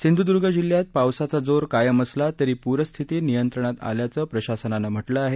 सिंधुदुर्ग जिल्ह्यात पावसाचा जोर कायम असला तरी पूरस्थिती नियंत्रणात असल्याचं प्रशासनानं म्हटलं आहे